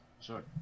Sure